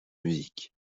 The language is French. musique